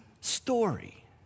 Story